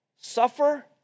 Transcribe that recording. suffer